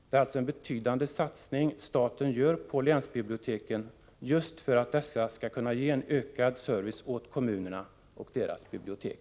Det är alltså en betydande satsning som staten gör på länsbiblioteken just för att dessa skall kunna ge en ökad service åt kommunerna och deras bibliotek.